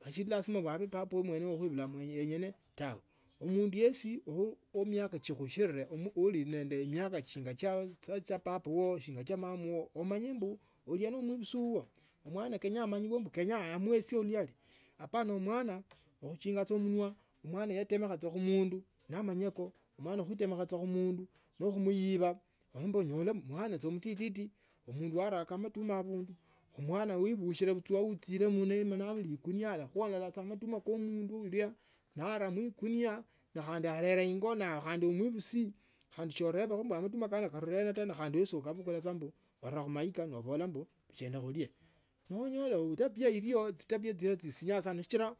khachila shinga kabaa papa wakhuibula mwenyene tawe, khumundu yosi khu miaka ekhushire ndinende miaka shinga shya papa wiwo shinga chia mama wiwo umanye mbu uliano ne mwebisi wuwo. Mwana kenya amanye mbu uliano nende umubisi wuwo, omwana kenya amanye mbu kenya amuisile buyali apana omwana kwichinga saa munwa mwana yetemekha saa khumundu namanya ku omwana khuitemako khumundu nekhumuyiba aundi unyole mwana saa mutiti omundu yaraka amatuma abundu omwana yebushina achile abundu khali akuluala khu matuma kho mundu huyo naaraa muigunia ne khandi arela ingo khandi umwibisi khandi sorebakho amatuma kanile ena khandi wesi ukabukula sa nora khumaika nobola kwenya kulia nonyola etabia ilyo, chitabia chino chisanga sichila